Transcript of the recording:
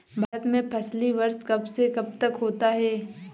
भारत में फसली वर्ष कब से कब तक होता है?